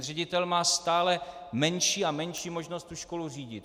Ředitel má stále menší a menší možnost školu řídit.